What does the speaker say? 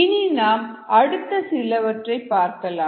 இனி நாம் அடுத்த சிலவற்றை பார்க்கலாம்